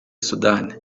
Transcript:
sudani